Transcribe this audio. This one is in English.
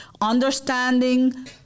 understanding